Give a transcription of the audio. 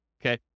okay